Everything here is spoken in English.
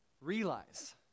realize